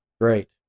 Great